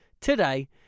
today